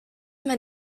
met